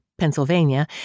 Pennsylvania